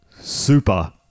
Super